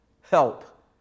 help